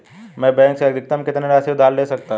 मैं बैंक से अधिकतम कितनी राशि उधार ले सकता हूँ?